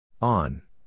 On